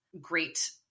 Great